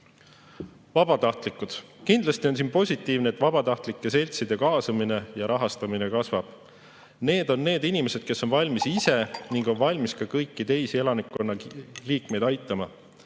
Vabatahtlikud. Kindlasti on positiivne, et vabatahtlike seltside kaasamine ja rahastamine kasvab. Need on need inimesed, kes on valmis ise ning on valmis ka kõiki teisi elanikkonna liikmeid aitama.